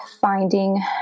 finding